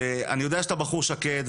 ואני יודע שאתה בחור שקט,